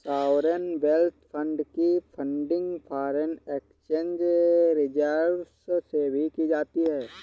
sovereign wealth fund की funding foreign exchange reserves से भी की जाती है